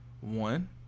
one